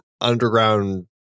underground